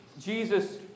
Jesus